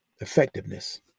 effectiveness